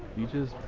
you just